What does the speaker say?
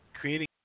creating